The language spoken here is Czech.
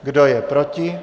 Kdo je proti?